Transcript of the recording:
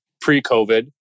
pre-COVID